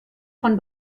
von